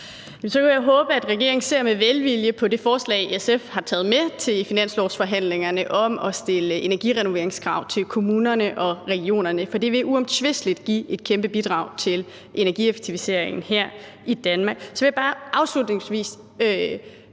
Så vil jeg håbe, at regeringen ser med velvilje på det forslag, SF har taget med til finanslovsforhandlingerne, om at stille energirenoveringskrav til kommunerne og regionerne, for det vil uomtvisteligt give et kæmpe bidrag til energieffektiviseringen her i Danmark. Jeg vil bare afslutningsvis